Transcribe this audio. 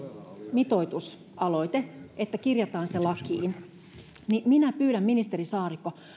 mitoitusaloite että kirjataan se lakiin minä pyydän ministeri saarikko